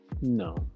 No